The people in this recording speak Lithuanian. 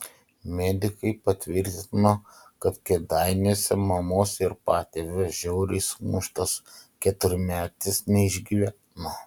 medikai patvirtino kad kėdainiuose mamos ir patėvio žiauriai sumuštas keturmetis neišgyveno